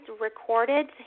recorded